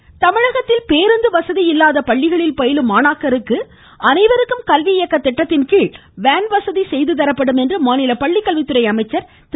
செங்கோட்டையன் தமிழகத்தில் பேருந்து வசதி இல்லாத பள்ளிகளில் பயிலும் மாணாக்கருக்கு அனைவருக்கும் கல்வி இயக்கத் திட்டத்தின்கீழ் வேன் வசதி செய்து தரப்படும் என மாநில பள்ளிக்கல்வித்துறை அமைச்சா் திரு